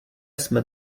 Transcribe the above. jsme